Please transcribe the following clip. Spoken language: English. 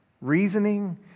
reasoning